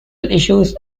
issues